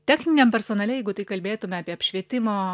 techniniam personale jeigu tai kalbėtume apie apšvietimo